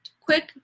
quick